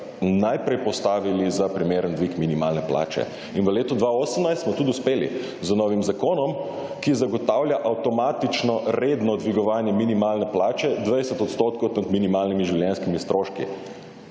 najprej postavili za primeren dvig minimalne plače. In v letu 2018 smo tudi uspeli z novim zakonom, ki zagotavlja avtomatično redno dvigovanje minimalne plače 20 % nad minimalnimi življenjskimi stroški